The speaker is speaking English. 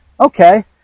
Okay